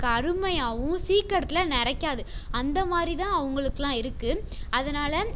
கருமையாகவும் சீக்கிரத்தில் நரைக்காது அந்த மாதிரி தான் அவங்களுக்கெல்லாம் இருக்குது அதனால்